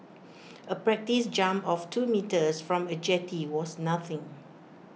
A practice jump of two metres from A jetty was nothing